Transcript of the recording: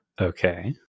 Okay